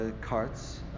carts